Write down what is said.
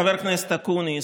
חבר הכנסת אקוניס,